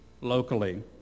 locally